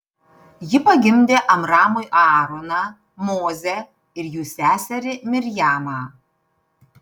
ji pagimdė amramui aaroną mozę ir jų seserį mirjamą